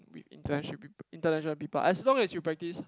wi~ international peop~ international people as long as you practice